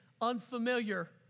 unfamiliar